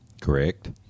Correct